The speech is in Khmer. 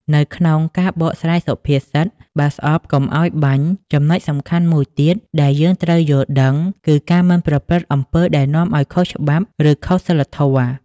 នៅក្នុងការបកស្រាយសុភាសិត "បើស្អប់កុំឲ្យបាញ់" ចំណុចសំខាន់មួយទៀតដែលយើងត្រូវយល់ដឹង គឺការមិនប្រព្រឹត្តអំពើដែលនាំឲ្យខុសច្បាប់ ឬខុសសីលធម៌។